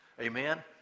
Amen